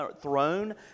throne